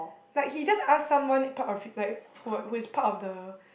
like he just ask someone part of like who is who is part of the